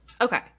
Okay